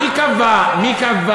היו, מי קבע שהנטל,